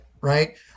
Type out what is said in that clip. right